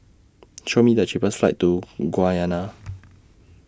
Show Me The cheapest flights to Guyana